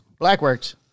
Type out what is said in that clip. Blackworks